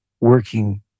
working